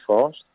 fast